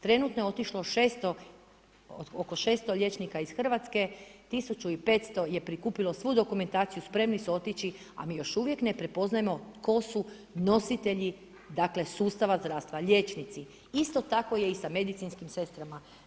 Trenutno je otišlo oko 600 liječnik iz Hrvatske, 1500 je prikupilo svu dokumentaciju, spremni su otići a mi još uvijek ne prepoznajemo tko su nositelji sustava zdravstva, liječnici, Isto tako je i sa medicinskim sestrama.